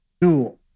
dual